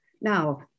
now